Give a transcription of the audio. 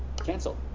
Cancel